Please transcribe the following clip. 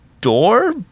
door